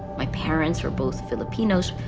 my parents were both filipinos.